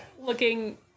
looking